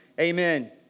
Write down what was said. amen